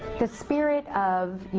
the spirit of,